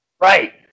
Right